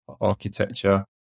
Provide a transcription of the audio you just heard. architecture